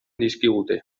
dizkigute